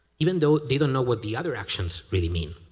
even though they don't know what the other actions really mean.